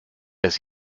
dass